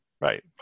Right